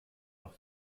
noch